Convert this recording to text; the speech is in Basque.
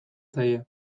zaie